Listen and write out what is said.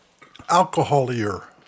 alcoholier